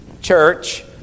church